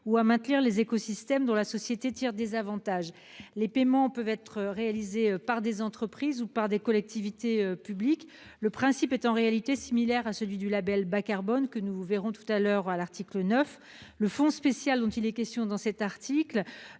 ou à maintenir les écosystèmes dont la société tire des avantages. Les paiements peuvent être réalisés par des entreprises ou par des collectivités publiques. Le principe est en réalité similaire à celui du Label bas-carbone que nous verrons tout à l'heure à l'article 9, le fonds spécial dont il est question dans cet article